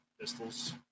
pistols